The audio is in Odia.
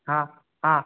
ହଁ ହଁ